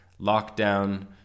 Lockdown